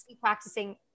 practicing